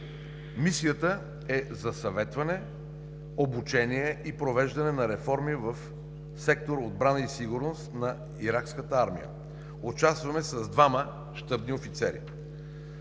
мисията в Ирак за съветване, обучение и провеждане на реформи в сектор „Отбрана и сигурност“ на иракската армия участваме с двама щабни офицери.